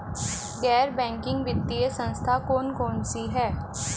गैर बैंकिंग वित्तीय संस्था कौन कौन सी हैं?